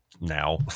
now